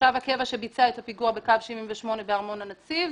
תושב הקבע שביצע את הפיגוע בקו 78 בארמון הנציב,